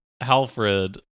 Alfred